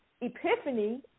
epiphany